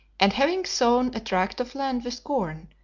and, having sown a tract of land with corn,